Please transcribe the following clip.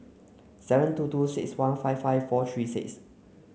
seven two two six one five five four three six